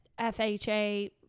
FHA